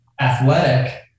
athletic –